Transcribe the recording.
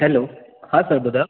hello हा sir ॿुधायो